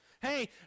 Hey